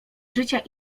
życia